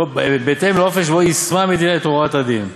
בהתאם לאופן שבו יישמה המדינה את הוראות הדין.